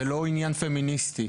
זה לא עניין פמיניסטי.